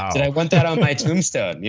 i want that on my tombstone? yeah